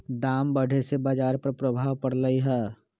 दाम बढ़े से बाजार पर प्रभाव परलई ह